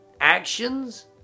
actions